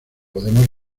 podemos